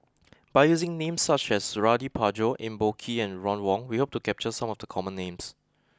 by using names such as Suradi Parjo Eng Boh Kee and Ron Wong we hope to capture some of the common names